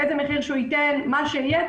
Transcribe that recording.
איזה מחיר שהוא ייתן ומה שיהיה,